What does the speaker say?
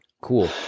Cool